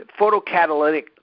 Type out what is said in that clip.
photocatalytic